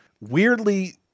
weirdly